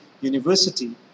University